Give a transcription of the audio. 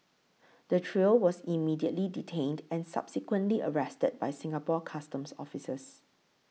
the trio was immediately detained and subsequently arrested by Singapore Customs Officers